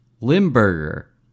Limburger